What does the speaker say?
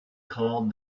called